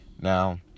Now